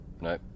no